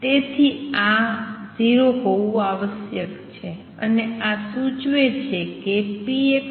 તેથી આ 0 હોવું આવશ્યક છે